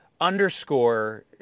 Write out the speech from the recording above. underscore